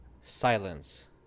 Silence